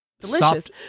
Delicious